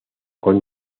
con